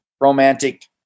romantic